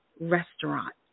restaurant